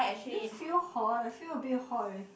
do you feel hot I feel a bit hot eh